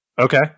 Okay